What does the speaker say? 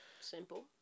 Simple